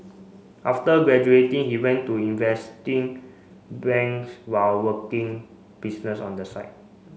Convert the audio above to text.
after graduating he went to investing banks while working business on the side